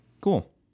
Cool